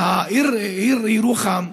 העיר ירוחם,